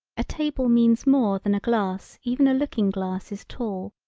a table means more than a glass even a looking glass is tall.